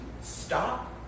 stop